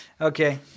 okay